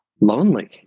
lonely